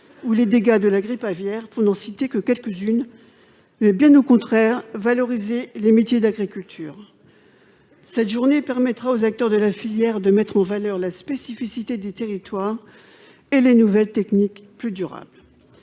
ou les dégâts de la grippe aviaire, pour n'en citer que quelques-unes. Il s'agit bien au contraire de valoriser les métiers de l'agriculture ! Cette journée permettra aux acteurs de la filière de mettre en valeur la spécificité des territoires et les nouvelles techniques plus durables.